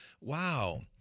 wow